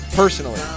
Personally